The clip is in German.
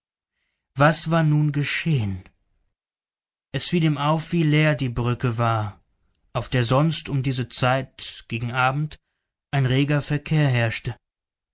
was war nun geschehen es fiel ihm auf wie leer die brücke war auf der sonst um diese zeit gegen abend ein reger verkehr herrschte